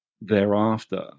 thereafter